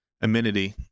amenity